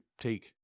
take